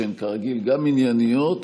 שהן כרגיל גם ענייניות,